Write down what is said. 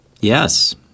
Yes